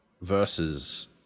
versus